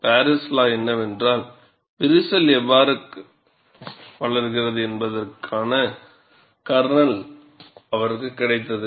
Paris law என்னவென்றால் விரிசல் எவ்வாறு வளர்கிறது என்பதற்கான கர்னல் அவருக்கு கிடைத்தது